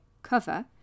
cover